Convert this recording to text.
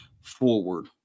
forward